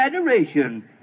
adoration